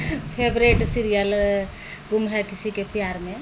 favourite serial गुम है किसीके प्यारमे